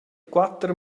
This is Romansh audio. quater